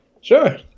Sure